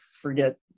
forget